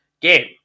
game